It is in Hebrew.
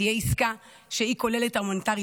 תהיה עסקה שכוללת את ההומניטרי,